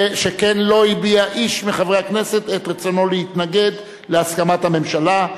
שכן לא הביע איש מחברי הכנסת את רצונו להתנגד להסכמת הממשלה.